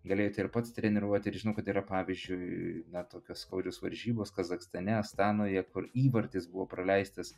galėjote ir pats treniruoti ir žinau kad yra pavyzdžiui na tokios skaudžios varžybos kazachstane astanoje kur įvartis buvo praleistas